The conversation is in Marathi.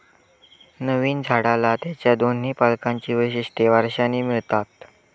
नवीन झाडाला त्याच्या दोन्ही पालकांची वैशिष्ट्ये वारशाने मिळतात